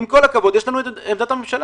עם כל הכבוד, יש לנו את עמדת ממשלה.